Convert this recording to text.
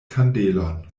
kandelon